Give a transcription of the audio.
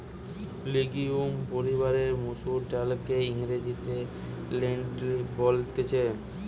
legume পরিবারের মসুর ডালকে ইংরেজিতে লেন্টিল বলতিছে